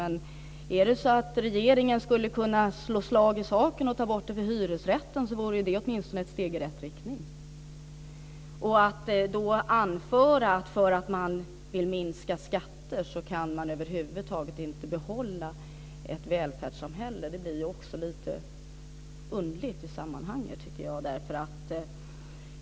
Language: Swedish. Men om regeringen skulle kunna göra slag i saken och ta bort den på hyresrätter, så vore det åtminstone ett steg i rätt riktning. Att då anföra att man därför att man vill minska skatter över huvud taget inte kan behålla ett välfärdssamhälle tycker jag blir lite underligt i sammanhanget.